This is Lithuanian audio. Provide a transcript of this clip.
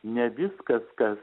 ne viskas kas